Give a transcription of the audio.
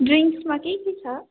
ड्रिङ्क्समा के के छ